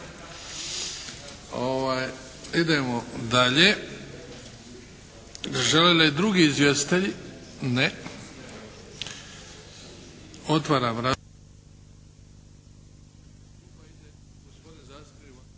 Idemo dalje. Žele li drugi izvjestitelji? Ne. Otvaram raspravu.